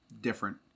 different